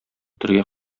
үтерергә